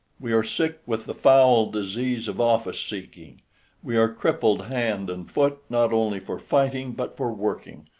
we are sick with the foul disease of office seeking we are crippled hand and foot not only for fighting but for working,